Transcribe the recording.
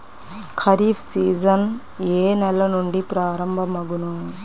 Kharif season ఏ నెల నుండి ప్రారంభం అగును?